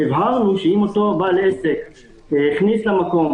הבהרנו שאם אותו בעל עסק הכניס למקום